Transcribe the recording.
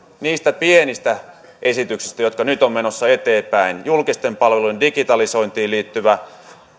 niistä pienistä esityksistä jotka nyt ovat menossa eteenpäin julkisten palvelujen digitalisointiin liittyvä